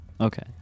Okay